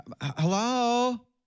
hello